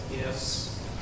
Yes